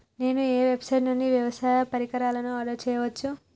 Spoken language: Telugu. నేను ఏ వెబ్సైట్ నుండి వ్యవసాయ పరికరాలను ఆర్డర్ చేయవచ్చు?